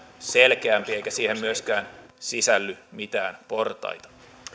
selkeämpi eikä siihen myöskään sisälly mitään portaita